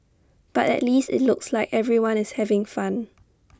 but at least IT looks like everyone is having fun